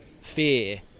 fear